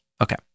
Okay